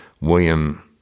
William